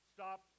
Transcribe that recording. Stop